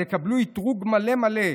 אז הם יקבלו אִתרוג מלא מלא,